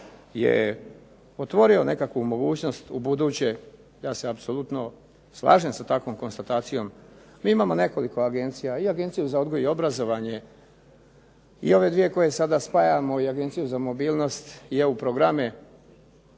je otvorio nekakvu mogućnost, ubuduće ja se apsolutno slažem sa takvom konstatacijom. Mi imamo nekoliko agencija, i Agenciju za odgoj i obrazovanje i ove dvije koje sada spajamo i Agencija za mobilnost i EU programe.